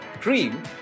cream